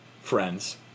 friends